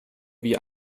wie